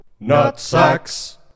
Nutsacks